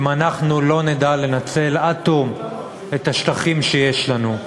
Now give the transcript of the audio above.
אנחנו לא נדע לנצל עד תום את השטחים שיש לנו.